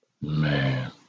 Man